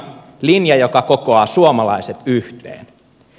linja joka kokoaa suomalaiset yhteen